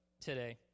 today